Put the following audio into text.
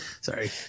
Sorry